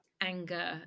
anger